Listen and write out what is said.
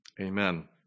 Amen